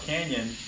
Canyon